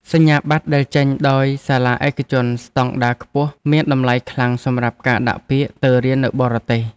សញ្ញាបត្រដែលចេញដោយសាលាឯកជនស្តង់ដារខ្ពស់មានតម្លៃខ្លាំងសម្រាប់ការដាក់ពាក្យទៅរៀននៅបរទេស។